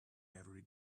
every